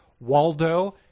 Waldo